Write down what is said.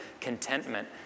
contentment